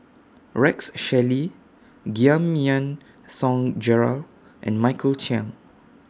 Rex Shelley Giam Yean Song Gerald and Michael Chiang